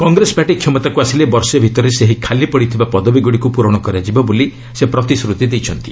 Congress party କ୍ଷମତାକୁ ଆସିଲେ ବର୍ଷେ ଭିତରେ ସେହି ଖାଲି ପଡ଼ିଥିବା ପଦବୀଗୁଡ଼ିକୁ ପୂରଣ କରାଯିବ ବୋଲି ସେ ପ୍ରତିଶ୍ରତି ଦେଇଛନ୍ତି